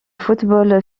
football